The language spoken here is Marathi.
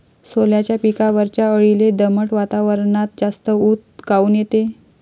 सोल्याच्या पिकावरच्या अळीले दमट वातावरनात जास्त ऊत काऊन येते?